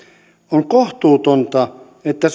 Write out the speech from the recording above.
on kohtuutonta että